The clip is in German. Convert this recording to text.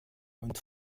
und